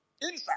inside